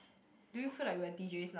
do you feel like we are D_js now